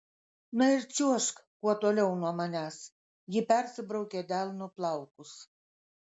na ir čiuožk kuo toliau nuo manęs ji persibraukė delnu plaukus